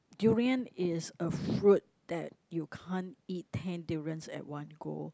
durian is a fruit that you can't eat ten durians at one go